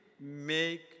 make